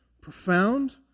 profound